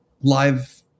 live